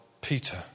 Peter